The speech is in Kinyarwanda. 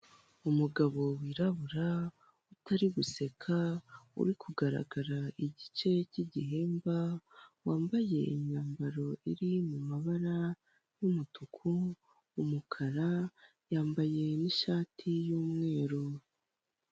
Umugabo wirabura, utari guseka, uri kugaragara igice cy'igihemba, wambaye imyambaro iri mu mabara y'umutuku, umukara, yambaye n'ishati y'umweru.